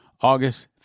August